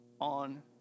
on